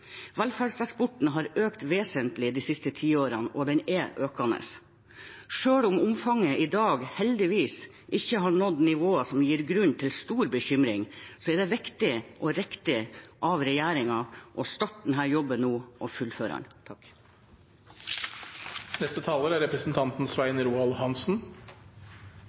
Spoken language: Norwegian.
Velferdseksporten har økt vesentlig de siste ti årene, og den er økende. Selv om omfanget i dag heldigvis ikke har nådd nivåer som gir grunn til stor bekymring, er det viktig og riktig av regjeringen nå å starte denne jobben og fullføre den. Det jeg oppfatter som den røde tråden i det man er